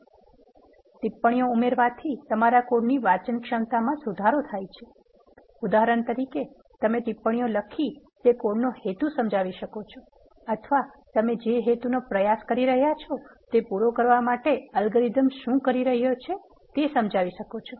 " ટિપ્પણીઓ ઉમેરવાથી તમારા કોડની વાંચનક્ષમતામાં સુધારો થાય છે ઉદાહરણ તરીકે તમે ટિપ્પણીઓ લખી તે કોડનો હેતુ સમજાવી શકો છો અથવા તમે જે હેતુનો પ્રયાસ કરી રહ્યાં છો તે પૂરો કરવા માટે અલ્ગોરિધમ શું કરી રહ્યું છે તે સમજાવી શકો છો